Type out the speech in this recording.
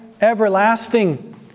everlasting